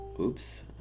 Oops